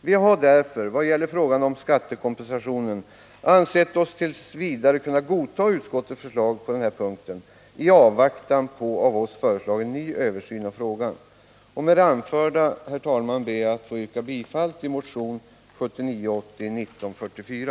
Vi har därför när det gäller frågan om skattekompensationen ansett oss kunna godtaga utskottets förslag på denna punkt i avvaktan på den av oss föreslagna nya översynen av frågan. Med det anförda ber jag, herr talman, att få yrka bifall till motion 1979/ 80:1944.